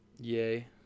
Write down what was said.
Yay